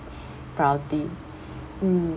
priority mm